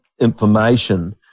information